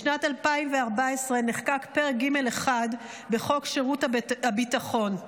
בשנת 2014 נחקק פרק ג'1 בחוק שירות ביטחון,